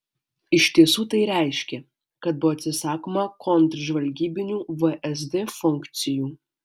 iš tiesų tai reiškė kad buvo atsisakoma kontržvalgybinių vsd funkcijų